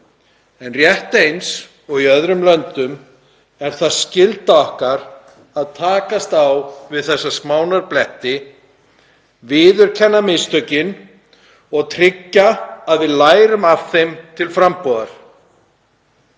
En rétt eins og í öðrum löndum er það skylda okkar að takast á við þessa smánarbletti, viðurkenna mistökin og tryggja að við lærum af þeim til frambúðar.